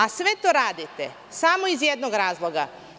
A sve to radite samo iz jednog razloga.